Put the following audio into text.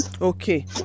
Okay